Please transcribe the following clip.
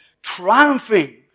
triumphing